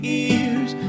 ears